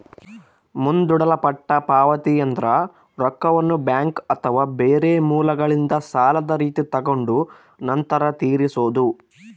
ಮುಂದೂಡಲ್ಪಟ್ಟ ಪಾವತಿಯೆಂದ್ರ ರೊಕ್ಕವನ್ನ ಬ್ಯಾಂಕ್ ಅಥವಾ ಬೇರೆ ಮೂಲಗಳಿಂದ ಸಾಲದ ರೀತಿ ತಗೊಂಡು ನಂತರ ತೀರಿಸೊದು